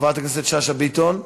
חברת הכנסת שאשא ביטון?